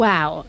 Wow